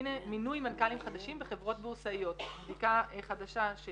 הנה מינוי מנכ"לים חדשים בחברות בורסאיות --- חדשה שהכנסנו.